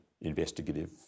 investigative